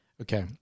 Okay